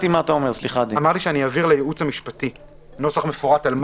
הוא לא יכול לאפשר לחולים להצביע יום קודם אם אין לו הסמכה מפורשת בחוק.